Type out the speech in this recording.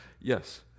yes